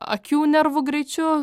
akių nervų greičiu